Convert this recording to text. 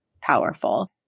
powerful